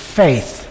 faith